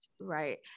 right